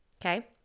okay